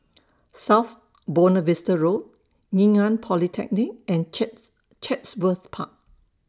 South Buona Vista Road Ngee Ann Polytechnic and Chatsworth Park